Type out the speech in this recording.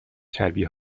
چربی